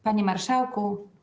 Panie Marszałku!